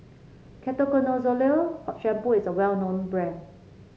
Ketoconazole Shampoo is a well known brand